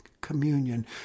communion